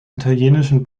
italienischen